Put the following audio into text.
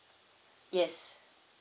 yes